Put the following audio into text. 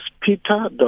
Peter